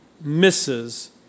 misses